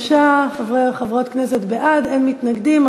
23 חברי וחברות כנסת בעד, אין מתנגדים.